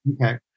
Okay